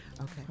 Okay